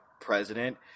president